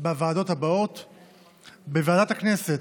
בוועדת הכנסת,